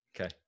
Okay